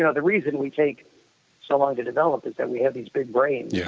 you know the reason we take so long to develop is that we have these big brains, yeah